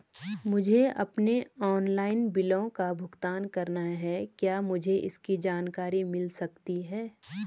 मुझे अपने ऑनलाइन बिलों का भुगतान करना है क्या मुझे इसकी जानकारी मिल सकती है?